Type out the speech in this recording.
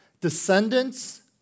descendants